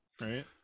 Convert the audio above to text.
right